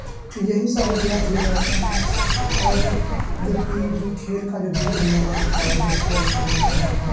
کہ یہی سہولیات دیے جاتے ہیں اور جو جو ٹیم جو کھیل کا جو بورڈ ممبر ہوتا ہے جو کھیل کا ممبر ہوتا ہے